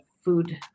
food